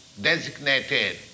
Designated